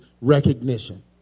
recognition